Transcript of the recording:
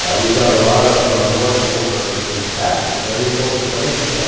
ah we've done a lot of work over in tibet. very important place,